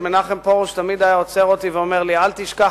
ר' מנחם פרוש תמיד היה עוצר אותי ואומר לי: אל תשכח,